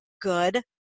good